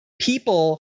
people